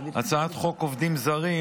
הצעת חוק עובדים זרים,